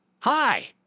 Hi